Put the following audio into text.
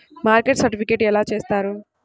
Market certification ఎలా చేస్తారు?